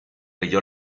leyó